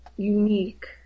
unique